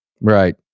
right